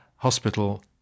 hospital